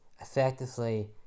effectively